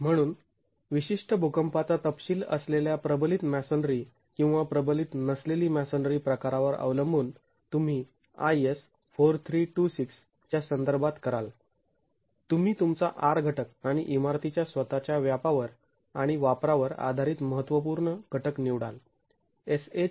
म्हणून विशिष्ट भूकंपाचा तपशील असलेल्या प्रबलित मॅसोनरी किंवा प्रबलित नसलेली मॅसोनरी प्रकारावर अवलंबून तुम्ही IS4326 च्या संदर्भात कराल तुम्ही तुमचा R घटक आणि इमारतीच्या स्वतःच्या व्यापावर आणि वापरावर आधारित महत्त्वपूर्ण घटक निवडाल